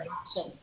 action